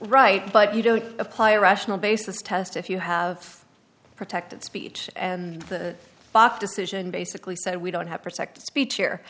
right but you don't apply rational basis test if you have protected speech and the decision basically said we don't have protected speech here